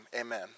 Amen